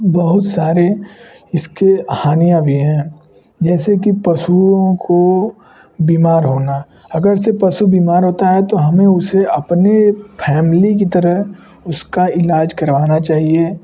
बहुत सारे इसकी हानियाँ भी हैं जैसे कि पशुओं को बीमार होना अगर से पशु बीमार होता है तो हमें उसे अपनी फैमिली की तरह उसका इलाज करवाना चाहिए